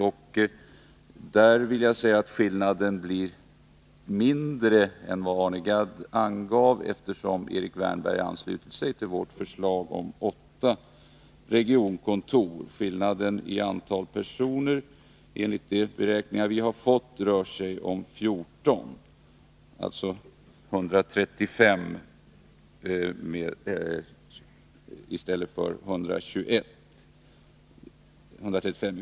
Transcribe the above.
Jag vill påpeka — Nr 105 att skillnaden blir mindre än vad Arne Gadd angav, eftersom Erik Wärnberg ansluter sig till vårt förslag om åtta regionkontor. Skillnaden i antalet personer, enligt de beräkningar vi har fått, rör sig om 14, dvs. 135 i vårt förslag i stället för 121.